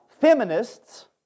feminists